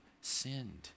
sinned